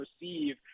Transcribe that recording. receive